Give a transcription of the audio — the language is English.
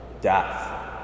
death